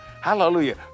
Hallelujah